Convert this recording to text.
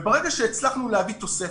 ברגע שהצלחנו להביא תוספת,